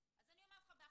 אז אני אומרת לך באחריות,